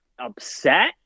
upset